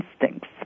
instincts